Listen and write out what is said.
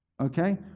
Okay